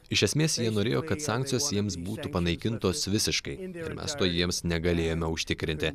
iš esmės jie norėjo kad sankcijos jiems būtų panaikintos visiškai mes to jiems negalėjome užtikrinti